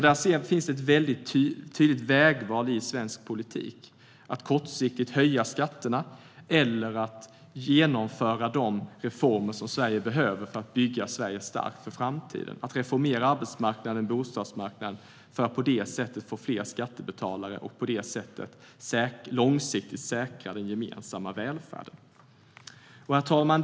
Där finns ett väldigt tydligt vägval i svensk politik: att kortsiktigt höja skatterna eller att genomföra de reformer som behövs för att bygga Sverige starkt för framtiden och reformera arbetsmarknaden och bostadsmarknaden för att på det sättet få fler skattebetalare och därmed långsiktigt säkra den gemensamma välfärden. Herr talman!